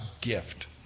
gift